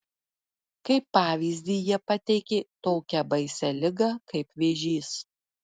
kaip pavyzdį jie pateikė tokią baisią ligą kaip vėžys